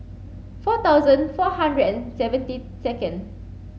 four thousand four hundred and seventy second